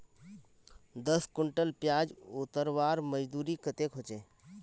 दस कुंटल प्याज उतरवार मजदूरी कतेक होचए?